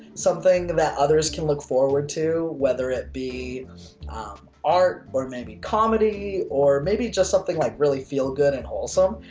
something that others can look forward to, whether it be art or maybe comedy, or maybe just something like really feel good and wholesome.